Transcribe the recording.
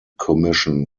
commission